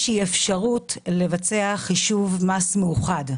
אפשרות לבצע חישוב מס מאוחד.